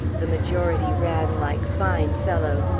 the majority ran like fine fellows,